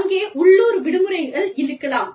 அங்கே உள்ளூர் விடுமுறைகள் இருக்கலாம்